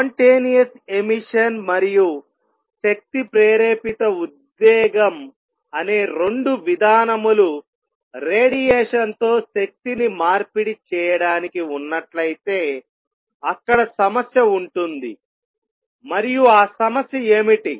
spontaneous emission మరియు శక్తి ప్రేరేపిత ఉద్వేగం అనే రెండు విధానములు రేడియేషన్తో శక్తిని మార్పిడి చేయడానికి ఉన్నట్లయితే అక్కడ సమస్య ఉంటుంది మరియు ఆ సమస్య ఏమిటి